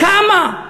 כמה?